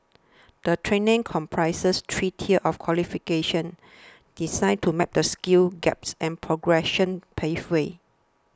the training comprises three tiers of qualifications designed to map the skills gaps and progression pathways